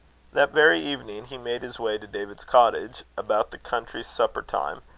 that very evening, he made his way to david's cottage, about the country supper-time,